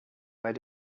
where